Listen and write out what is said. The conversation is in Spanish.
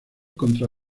contra